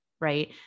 right